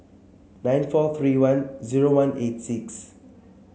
nine four three one zero one eight six